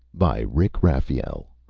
by rick raphael